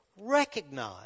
recognize